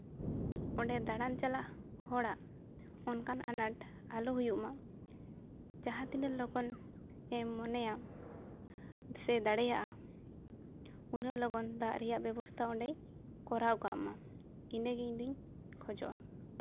ᱚᱸᱰᱮ ᱫᱟᱬᱟᱱ ᱪᱟᱞᱟᱜ ᱦᱚᱲᱟᱜ ᱚᱱᱠᱟᱱ ᱟᱱᱟᱴ ᱟᱚ ᱦᱩᱭᱩᱜ ᱢᱟ ᱡᱟᱦᱟᱸ ᱛᱤᱱᱟᱹᱜ ᱞᱚᱜᱚᱱ ᱮᱢ ᱢᱚᱱᱮᱭᱟ ᱥᱮ ᱫᱟᱲᱮᱭᱟᱜᱼᱟ ᱩᱱᱟᱹᱜ ᱞᱚᱜᱚᱱ ᱫᱟᱜ ᱨᱮᱭᱟᱜ ᱵᱮᱵᱚᱥᱛᱷᱟ ᱚᱸᱰᱮ ᱤᱱᱟᱹᱜᱮ ᱤᱧᱫᱚᱹᱧ ᱠᱷᱚᱡᱚᱜᱼᱟ